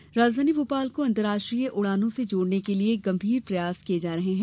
उड़ान बैठक राजधानी भोपाल को अंतर्राष्ट्रीय उड़ानों से जोड़ने के लिये गंभीर प्रयास किये जा रहे है